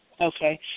Okay